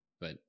but-